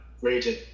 region